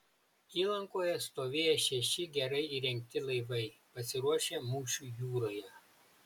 įlankoje stovėjo šeši gerai įrengti laivai pasiruošę mūšiui jūroje